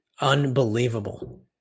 Unbelievable